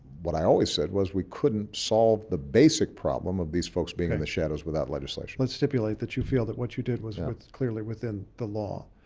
what i always said was we couldn't solve the basic problem of these folks being in the shadows without legislation. let's stipulate that you feel that what you did was clearly within the law.